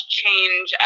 change